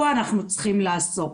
פה אנחנו צריכים לעסוק.